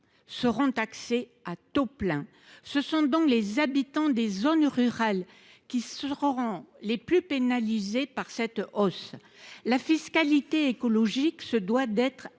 seront taxés à taux plein. Ce sont donc les habitants des zones rurales qui seront les plus pénalisés par cette hausse. La fiscalité écologique doit être incitative.